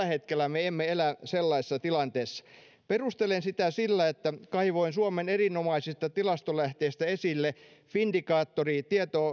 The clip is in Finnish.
hetkellä me emme elä sellaisessa tilanteessa perustelen sitä tällä kaivoin esille suomen erinomaisista tilastolähteistä findikaattori